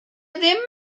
ddim